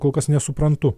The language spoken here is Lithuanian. kol kas nesuprantu